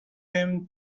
same